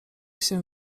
się